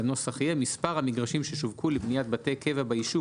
הנוסח יהיה: "מספר המגרשים ששווקו לבניית בתי קבע ביישוב